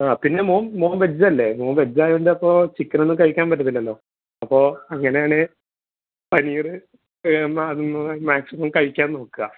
ആ പിന്നെ മോ മോൻ വെജ് അല്ലേ മോൻ വെജ് ആയതുകൊണ്ട് അപ്പോൾ ചിക്കൻ ഒന്നും കഴിക്കാൻ പറ്റത്തില്ലല്ലോ അപ്പോൾ അങ്ങനെയാണെങ്കിൽ പനീർ മാ മാക്സിമം കഴിക്കാൻ നോക്കുക